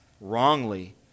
wrongly